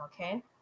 okay